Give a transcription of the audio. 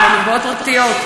במקוואות פרטיים.